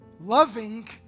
loving